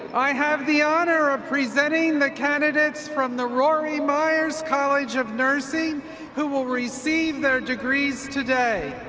i have the honor of presenting the candidates from the rory byers college of nursing who will receive their degrees today.